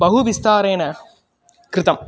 बहुविस्तारेण कृतम्